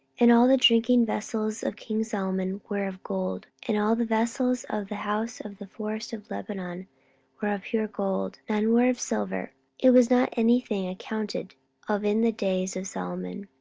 and all the drinking vessels of king solomon were of gold, and all the vessels of the house of the forest of lebanon were of pure gold none were of silver it was not any thing accounted of in the days of solomon.